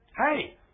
Hey